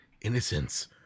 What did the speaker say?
innocence